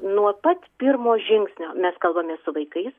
nuo pat pirmo žingsnio mes kalbamės su vaikais